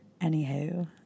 Anywho